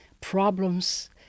problems